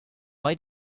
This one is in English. why